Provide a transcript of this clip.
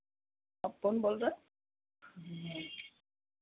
कौन बोल रहा है